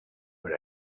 but